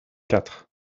quatre